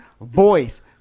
voice